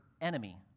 enemy